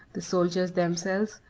the soldiers themselves,